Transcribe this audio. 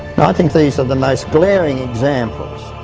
i think these are the most glaring examples